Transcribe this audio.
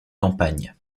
campagne